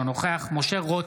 אינו נוכח משה רוט,